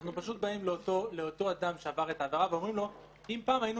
אנחנו באים לאותו אדם שעבר את העבירה ואומרים לו: אם פעם היינו